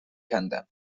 کندم